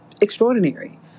extraordinary